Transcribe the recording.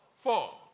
Four